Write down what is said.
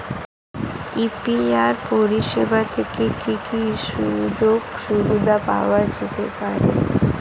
UPI পরিষেবা থেকে কি কি সুযোগ সুবিধা পাওয়া যেতে পারে?